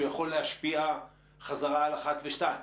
זה יכול להשפיע על 1 ו-2.